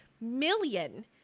million